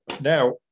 Now